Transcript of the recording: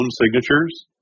signatures